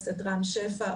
בגן.